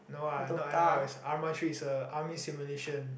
no ah not l_o_l is arma three is a army simulation